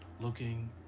looking